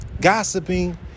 Gossiping